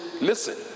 listen